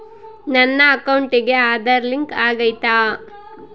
ನನ್ನ ಅಕೌಂಟಿಗೆ ಆಧಾರ್ ಲಿಂಕ್ ಆಗೈತಾ?